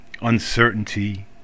uncertainty